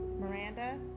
Miranda